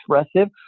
expressive